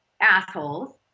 assholes